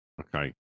Okay